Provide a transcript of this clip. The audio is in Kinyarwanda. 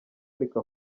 ariko